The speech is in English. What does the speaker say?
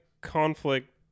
conflict